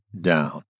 down